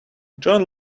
john